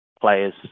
players